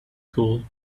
could